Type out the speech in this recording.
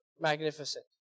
magnificent